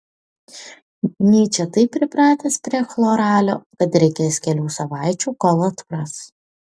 nyčė taip pripratęs prie chloralio kad reikės kelių savaičių kol atpras